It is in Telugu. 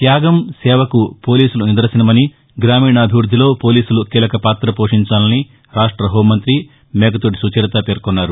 త్యాగం సేవకు పోలీసులు నిదర్శనమని గ్రామీణాభివృద్దిలో పోలీసులు కీలకపాత పోషించాలని రాష్ట హోంమంగ్రి మేకతోటి సుచరిత పేర్కొన్నారు